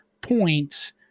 point